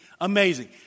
amazing